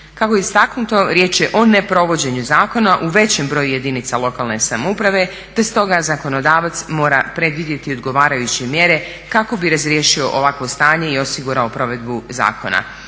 Kako je istaknuto, riječ je o neprovođenju zakona u većem broju jedinica lokalne samouprave te stoga zakonodavac mora predvidjeti odgovarajuće mjere kako bi razriješio ovakvo stanje i osigurao provedbu zakona.